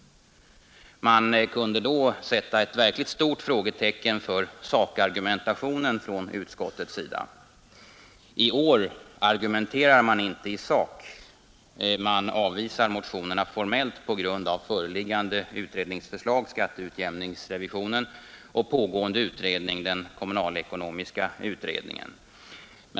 Man kunde då sätta ett verkligt stort frågetecken för utskottets sakargumentation. I år argumenterar utskottet inte i sak. Man avvisar motionerna formellt på grund av föreliggande utredningsförslag från skatteutjämningsrevisionen och pågående utredning, den kommunalekonomiska utredningen.